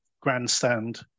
grandstand